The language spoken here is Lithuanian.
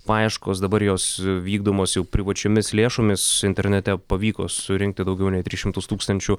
paieškos dabar jos vykdomos jau privačiomis lėšomis internete pavyko surinkti daugiau nei tris šimtus tūkstančių